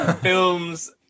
films